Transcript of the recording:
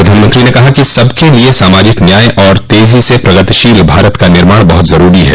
प्रधानमंत्री ने कहा कि सबके लिए सामाजिक न्या्य और तेजो से प्रगतिशील भारत का निर्माण बहत जरूरी है